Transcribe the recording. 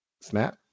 snap